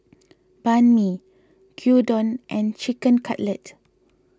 Banh Mi Gyudon and Chicken Cutlet